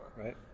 Right